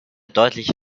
deutliche